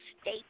state